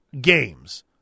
games